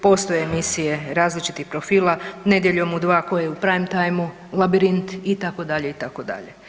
Postoje emisije različitih profila „Nedjeljom u 2“ koja je u prime timu, „Labirint“ itd., itd.